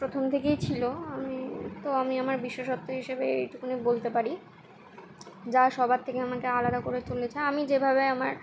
প্রথম থেকেই ছিলো আমি তো আমি আমার বিশেষত্ব হিসেবে এইটুকুনি বলতে পারি যা সবার থেকে আমাকে আলাদা করে চলেছে আমি যেভাবে আমার